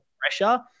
pressure